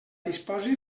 disposi